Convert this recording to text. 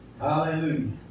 Hallelujah